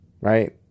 right